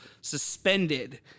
suspended